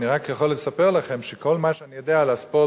אני רק יכול לספר לכם שכל מה שאני יודע על הספורט